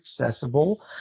accessible